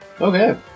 Okay